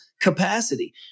capacity